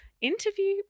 interview